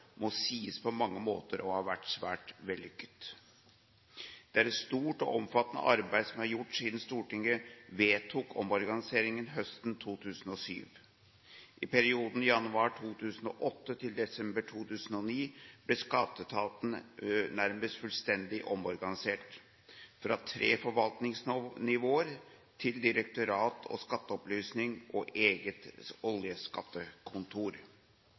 må sies på mange måter å ha vært svært vellykket. Det er et stort og omfattende arbeid som er gjort siden Stortinget vedtok omorganiseringen høsten 2007. I perioden mellom januar 2008 og desember 2009 ble skatteetaten nærmest fullstendig omorganisert – fra tre forvaltningsnivåer til direktorat og skatteopplysning og eget oljeskattekontor.